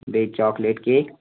بیٚیہِ chocolate cake